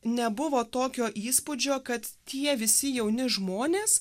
nebuvo tokio įspūdžio kad tie visi jauni žmonės